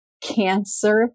cancer